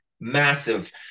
massive